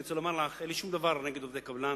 אני רוצה לומר לך שאין לי שום דבר נגד עובדי קבלן,